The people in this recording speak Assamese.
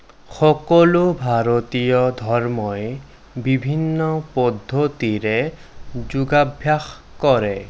সকলো ভাৰতীয় ধৰ্মই বিভিন্ন পদ্ধতিৰে যোগাভ্যাস কৰে